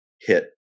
hit